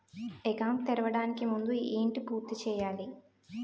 Account తెరవడానికి ముందు ఏంటి పూర్తి చేయాలి?